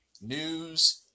news